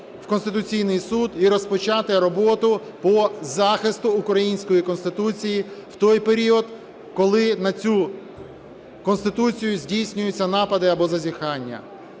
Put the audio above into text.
в Конституційний Суд і розпочати роботу по захисту української Конституції в той період, коли на цю Конституцію здійснюються напади або зазіхання.